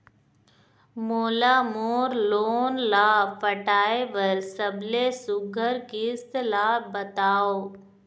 मोला मोर लोन ला पटाए बर सबले सुघ्घर किस्त ला बताव?